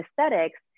aesthetics